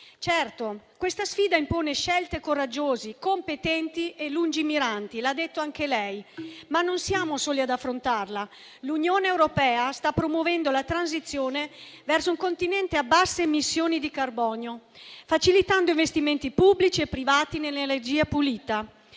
Certo, questa sfida impone scelte coraggiose, competenti e lungimiranti, come ha detto anche lei, signora Presidente del Consiglio, ma non siamo soli ad affrontarla. L'Unione europea sta promuovendo la transizione verso un continente a basse emissioni di carbonio, facilitando investimenti pubblici e privati nell'energia pulita.